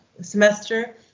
semester